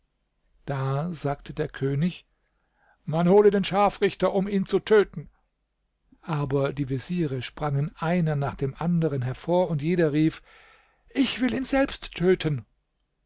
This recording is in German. da sagte der könig man hole den scharfrichter um ihn zu töten aber die veziere sprangen einer nach dem anderen hervor und jeder rief ich will ihn selbst töten